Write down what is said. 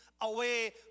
away